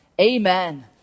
amen